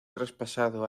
traspasado